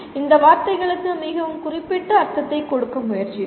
இந்த வார்த்தைகளுக்கு மிகவும் குறிப்பிட்ட அர்த்தத்தை கொடுக்க முயற்சித்தோம்